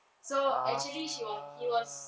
so actually she was he was